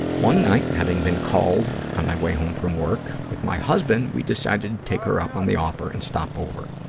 one night, having been called on my way home from work with my husband, we decided to take her up on the offer and stop over.